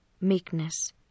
Meekness